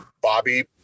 Bobby